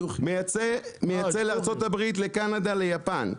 מייצא לארה"ב לקנדה ליפן אוקיי?